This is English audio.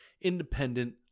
independent